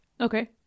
Okay